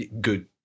good